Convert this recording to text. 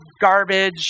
garbage